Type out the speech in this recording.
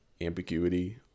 ambiguity